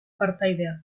partaidea